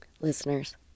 Listeners